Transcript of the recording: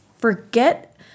Forget